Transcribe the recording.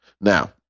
Now